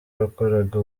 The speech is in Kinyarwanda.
yakoraga